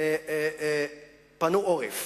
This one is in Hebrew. פנו עורף